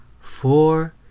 four